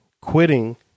Quitting